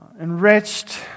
enriched